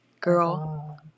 girl